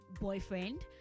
boyfriend